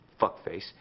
Fuckface